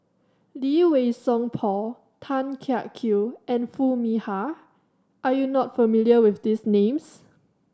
Lee Wei Song Paul Tan Kiak Kew and Foo Mee Har are you not familiar with these names